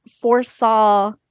foresaw